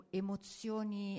emozioni